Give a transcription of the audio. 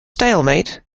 stalemate